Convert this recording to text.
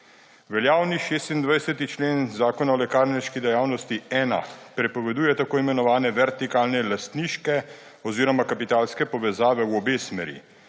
Veljavni 26. člen Zakon o lekarniški dejavnosti-1 prepoveduje tako imenovane vertikalne lastniške oziroma kapitalske povezave v obe smeri.